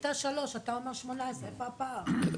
אתה אומר 18, איפה פער?